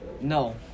No